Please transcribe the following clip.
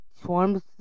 swarms